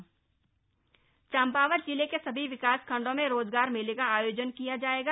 रोजगार मेला चंपावत चम्पावत जिले के सभी विकासखण्डों में रोजगार मेले का आयोजन किया जाएगा